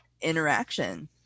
interaction